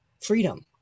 freedom